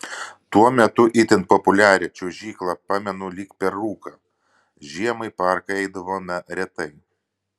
tuo metu itin populiarią čiuožyklą pamenu lyg per rūką žiemą į parką eidavome retai